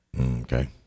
Okay